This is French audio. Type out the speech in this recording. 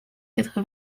quatre